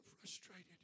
frustrated